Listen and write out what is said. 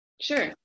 Sure